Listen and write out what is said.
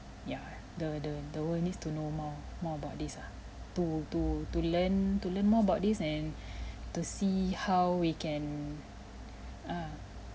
yeah the the the world needs to know more more about this ah to to to learn to learn more about this and to see how we can uh